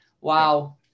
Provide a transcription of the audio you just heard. Wow